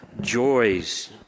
joys